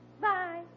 Bye